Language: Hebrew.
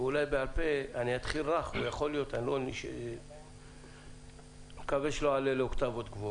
אולי בעל פה אני אתחיל רך ואני מקווה שלא אעלה לאוקטבות גבוהות: